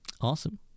awesome